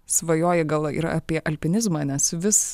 svajoji gal ir apie alpinizmą nes vis